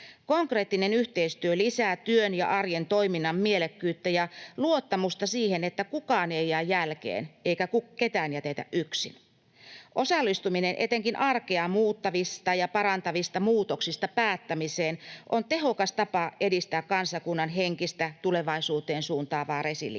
Konkreettinen yhteistyö lisää työn ja arjen toiminnan mielekkyyttä ja luottamusta siihen, että kukaan ei jää jälkeen eikä ketään jätetä yksin. Osallistuminen etenkin arkea muuttavista ja parantavista muutoksista päättämiseen on tehokas tapa edistää kansankunnan henkistä, tulevaisuuteen suuntaavaa resilienssiä.